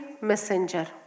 messenger